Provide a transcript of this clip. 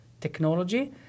technology